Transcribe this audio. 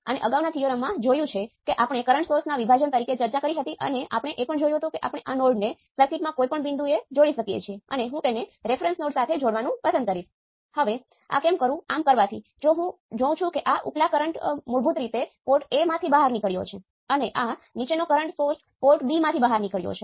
તેથી તેનો અર્થ એ છે કે આ બિંદુએ મને યાદ છે કે આ Vx એ Vtest ભાંગ્યા K છે